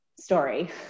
story